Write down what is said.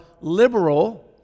liberal